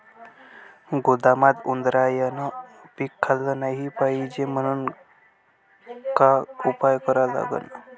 गोदामात उंदरायनं पीक खाल्लं नाही पायजे म्हनून का उपाय करा लागन?